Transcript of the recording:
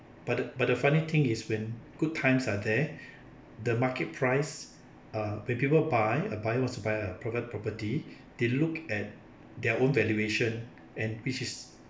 but the but the funny thing is when good times are there the market price uh when people buy a buyer wants by a private property they look at their own valuation and which is